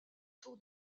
tour